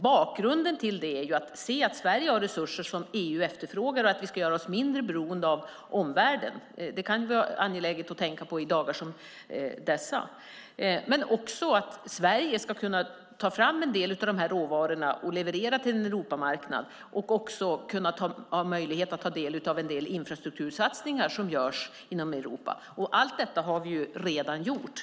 Bakgrunden är att Sverige har resurser som EU efterfrågar och att vi ska göra oss mindre beroende av omvärlden. Det kan vara angeläget att tänka på i dessa dagar. Dessutom ska Sverige kunna ta fram en del av dessa råvaror och leverera till en Europamarknad och kunna ta del av infrastruktursatsningar som görs i Europa. Allt detta har vi redan gjort.